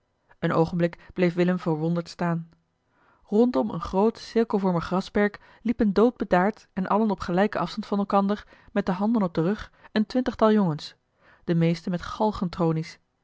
een oogenblik bleef willem verwonderd staan rondom een groot cirkelvormig grasperk liepen doodbedaard en allen op gelijken afstand van elkander met de handen op den rug een twintigtal jongens de meeste met